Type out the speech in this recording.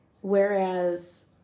Whereas